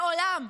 לעולם.